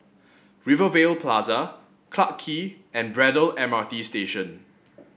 Rivervale Plaza Clarke Quay and Braddell M R T Station